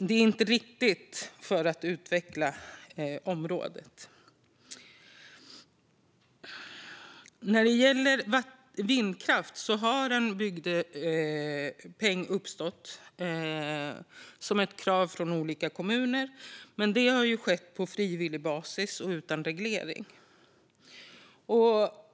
Det handlar inte riktigt om att utveckla området. När det gäller vindkraft har en bygdepeng uppstått som ett krav från olika kommuner, men det har skett på frivillig basis och utan reglering.